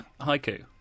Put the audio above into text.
haiku